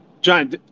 John